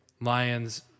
Lions